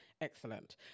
Excellent